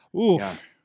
oof